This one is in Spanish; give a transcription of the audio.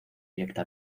directa